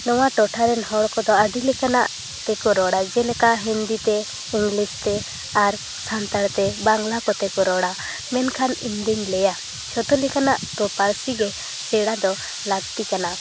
ᱱᱚᱶᱟ ᱴᱚᱴᱷᱟ ᱨᱮᱱ ᱦᱚᱲ ᱠᱚᱫᱚ ᱟᱹᱰᱤ ᱞᱮᱠᱟᱱᱟᱜ ᱛᱮᱠᱚ ᱨᱚᱲᱟ ᱡᱮᱞᱮᱠᱟ ᱦᱤᱱᱫᱤ ᱛᱮ ᱤᱝᱞᱤᱥ ᱛᱮ ᱟᱨ ᱥᱟᱱᱛᱟᱲ ᱛᱮ ᱵᱟᱝᱞᱟ ᱠᱚᱛᱮ ᱠᱚ ᱨᱚᱲᱟ ᱢᱮᱱᱠᱷᱟᱱ ᱤᱧᱫᱩᱧ ᱞᱟᱹᱭᱟ ᱡᱚᱛᱚ ᱞᱮᱠᱟᱱᱟᱜ ᱯᱟᱹᱨᱥᱤ ᱜᱮ ᱥᱮᱲᱟ ᱫᱚ ᱞᱟᱹᱠᱛᱤ ᱠᱟᱱᱟ